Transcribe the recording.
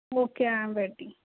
okay I am waiting